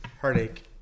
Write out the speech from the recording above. heartache